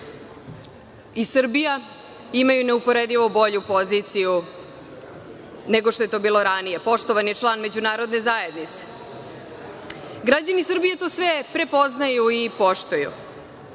i Srbija imaju neuporedivo bolju poziciju nego što je to bilo ranije. Poštovan je član Međunarodne zajednice. Građani Srbije to sve prepoznaju i poštuju.